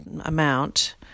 amount